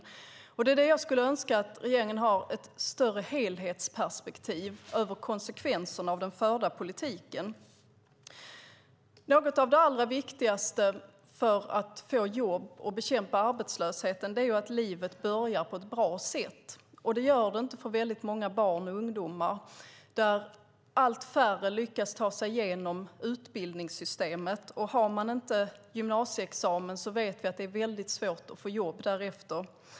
Jag skulle önska att regeringen hade ett större helhetsperspektiv över konsekvenserna av den förda politiken. Något av det allra viktigaste för att få jobb och att bekämpa arbetslösheten är att människors liv börjar på ett bra sätt. Det gör det inte för väldigt många barn och ungdomar. Allt färre lyckas ta sig igenom utbildningssystemet, och har man inte gymnasieexamen vet vi att det är väldigt svårt att få jobb.